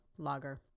Lager